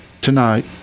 tonight